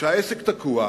שהעסק תקוע,